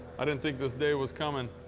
i didn't think this day was coming.